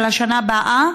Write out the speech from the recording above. של השנה הבאה,